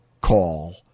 call